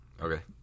Okay